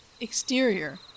exterior